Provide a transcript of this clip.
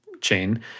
chain